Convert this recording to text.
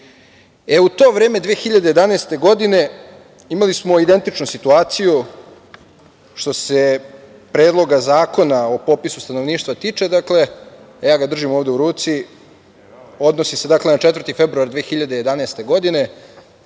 to vreme 2011. godine imali smo identičnu situaciju što se Predloga zakona o popisu stanovništva tiče, ja ga držim ovde u ruci, odnosi se na 4. februar 2011. godine,